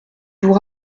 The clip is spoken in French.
vous